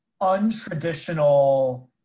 untraditional